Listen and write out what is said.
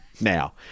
now